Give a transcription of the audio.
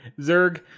Zerg